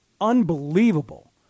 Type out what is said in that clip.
Unbelievable